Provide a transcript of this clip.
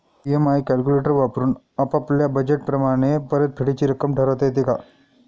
EMI calculator वापरून आपापल्या budget प्रमाणे परतफेडीची रक्कम ठरवता येते का?